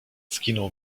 skinął